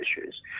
issues